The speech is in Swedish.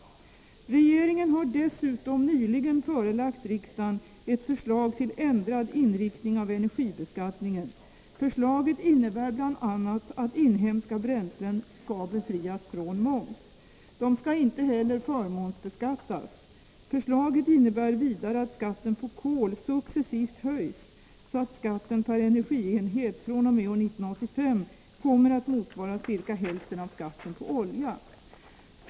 Regeringen har dessutom nyligen förelagt riksdagen ett förslag till ändrad inriktning av energibeskattningen. Förslaget innebär bl.a. att inhemska bränslen skall befrias från moms. De skall inte heller förmånsbeskattas. Förslaget innebär vidare att skatten på kol successivt höjs så att skatten per energienhet fr.o.m. år 1985 kommer att motsvara ca hälften av skatten på olja.